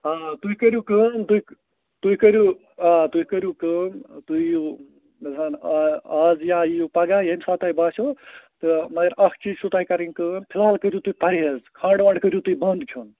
آ تُہۍ کٔرِو کٲم تُہۍ کٔرِو آ تُہۍ کٔرِو کٲم تُہۍ یِیِو مےٚ باسان آز یا یِیِو پگاہ ییٚمہِ ساتہٕ تۄہہِ باسیو تہٕ مگر اَکھ چیٖز چھُو تۄہہِ کَرٕنۍ کٲم فِلحال کٔرِو تُہۍ پرہیز کھنٛڈ ونٛڈ کٔرِو تُہۍ بَنٛد کھیوٚن